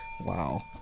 Wow